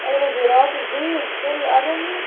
اَگر حظ یہِ راتَس بیٖٹھ تیٚلہِ اگر نہٕ